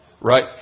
right